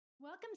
Welcome